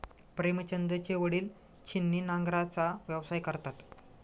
प्रेमचंदचे वडील छिन्नी नांगराचा व्यवसाय करतात